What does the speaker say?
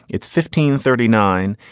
it's fifteen thirty nine.